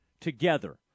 together